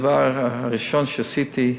הדבר הראשון שעשיתי,